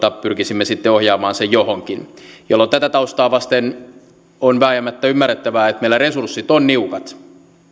pyrkisimme sitten ohjaamaan sen johonkin jolloin tätä taustaa vasten on vääjäämättä ymmärrettävää että meillä resurssit ovat niukat